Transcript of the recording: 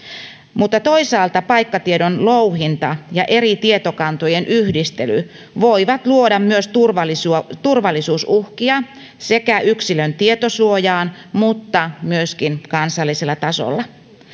mutta toisaalta paikkatiedon louhinta ja eri tietokantojen yhdistely voivat luoda myös turvallisuusuhkia sekä yksilön tietosuojaan että myöskin kansallisella tasolla